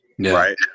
right